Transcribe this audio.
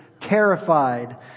terrified